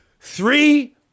Three